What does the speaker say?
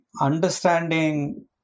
understanding